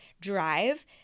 drive